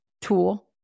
tool